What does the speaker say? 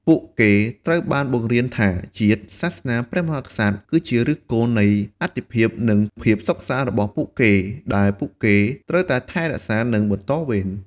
ពួកគេត្រូវបានបង្រៀនថា ជាតិ សាសនា ព្រះមហាក្សត្រ គឺជាឫសគល់នៃអត្ថិភាព និងភាពសុខសាន្តរបស់ពួកគេ ដែលពួកគេត្រូវតែថែរក្សា និងបន្តវេន។